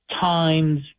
times